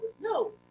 No